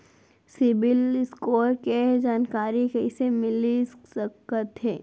CIBIL score के जानकारी कइसे मिलिस सकथे?